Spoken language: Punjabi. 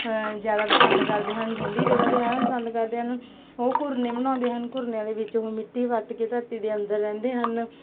ਜ਼ਿਆਦਾ ਪਸੰਦ ਕਰਦੇ ਹਨ ਠੰਡੀ ਜਗ੍ਹਾ 'ਤੇ ਰਹਿਣਾ ਪਸੰਦ ਕਰਦੇ ਹਨ ਉਹ ਘੁਰਨੇ ਬਣਾਉਂਦੇ ਹਨ ਘੁਰਨਿਆਂ ਦੇ ਵਿੱਚ ਉਹ ਮਿੱਟੀ ਪੱਟ ਕੇ ਧਰਤੀ ਦੇ ਅੰਦਰ ਰਹਿੰਦੇ ਹਨ